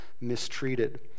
mistreated